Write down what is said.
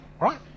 right